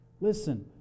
Listen